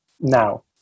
now